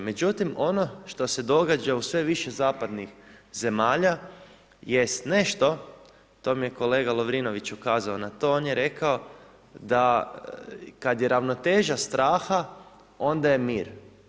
Međutim, ono što se događa u sve više zapadnih zemalja jest nešto, to mi je kolega Lovrinović ukazao na to, on je rekao da kad je ravnoteža straha onda je mir.